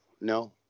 no